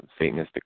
satanistic